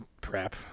prep